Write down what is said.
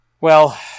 Well